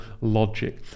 logic